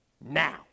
now